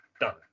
done